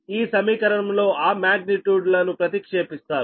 ఈ సమీకరణం లో ఆ మాగ్నిట్యూడ్లను ప్రతిక్షేపిస్తారు